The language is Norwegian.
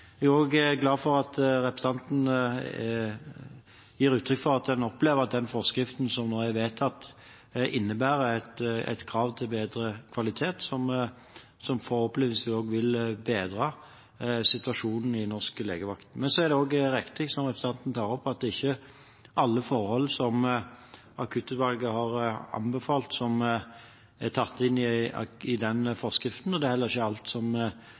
Jeg er også glad for at representanten gir uttrykk for at en opplever at den forskriften som nå er vedtatt, innebærer et krav om bedre kvalitet, som forhåpentligvis også vil bedre situasjonen for norsk legevakt. Så er det også riktig – som representanten tar opp – at det ikke er alle forhold som Akuttutvalget har anbefalt, som er tatt inn i denne forskriften. Det er heller ikke alt som